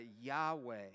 Yahweh